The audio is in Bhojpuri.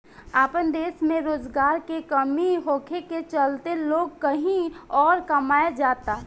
आपन देश में रोजगार के कमी होखे के चलते लोग कही अउर कमाए जाता